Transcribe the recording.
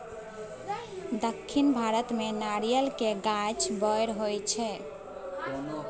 दक्खिन भारत मे नारियल केर गाछ बड़ होई छै